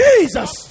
Jesus